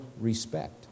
respect